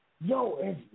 Yo